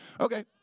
Okay